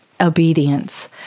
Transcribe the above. obedience